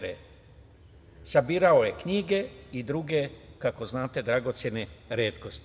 Sabirao je knjige i druge, kako znate, dragocene retkosti.